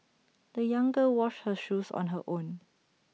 the young girl washed her shoes on her own